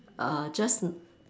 err just